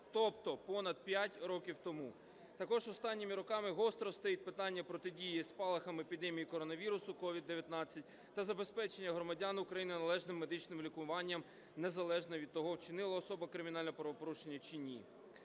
тобто понад п'ять років тому. Також останніми роками гостро стоїть питання протидії спалахам епідемії коронавірусу COVID-19 та забезпечення громадян України належним медичним лікуванням незалежно від того, вчинила особа кримінальне правопорушення чи ні.